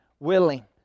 Willing